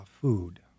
food